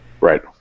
right